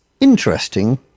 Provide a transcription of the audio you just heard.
interesting